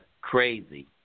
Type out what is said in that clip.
crazy